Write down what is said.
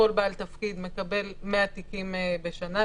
כל בעל תפקיד מקבל 100 תיקים בשנה,